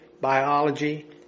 biology